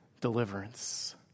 deliverance